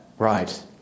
Right